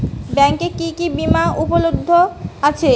ব্যাংকে কি কি বিমা উপলব্ধ আছে?